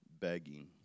begging